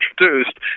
introduced